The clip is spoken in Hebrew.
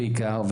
בעיקר,